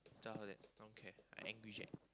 tell her I don't care I angry Jack